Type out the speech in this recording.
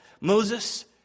Moses